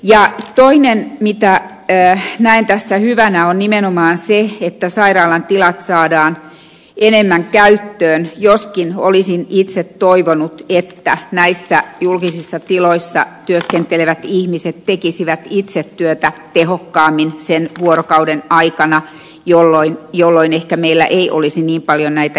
toinen asia minkä näen tässä hyvänä on nimenomaan se että sairaalan tilat saadaan enemmän käyttöön joskin olisin itse toivonut että näissä julkisissa tiloissa työskentelevät ihmiset tekisivät itse työtä tehokkaammin sen vuorokauden aikana jolloin ehkä meillä ei olisi niin paljon näitä jonojakaan